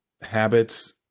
habits